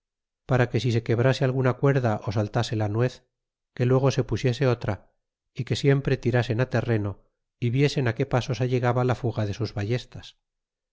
para que si se quebrase alguna cuerda á saltase la nuez que luego se pusiese otra é que siempre tirasen terrero y viesen que pasos allegaba la fuga de sus ballestas